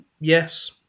yes